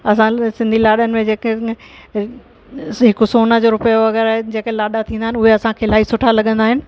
असां सिंधी लाॾनि में जेके हि हिकु सोन जो रुपयो वग़ैरह जेके लाॾा थींदा आहिनि उहे असांखे इलाही सुठा लॻंदा आहिनि